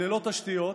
ללא תשתיות,